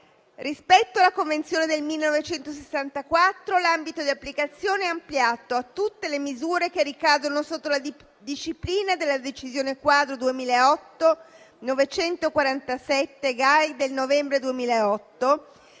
Rispetto alla Convenzione del 1964, l'ambito di applicazione è ampliato a tutte le misure che ricadono sotto la disciplina della decisione quadro n. *947 Giustizia e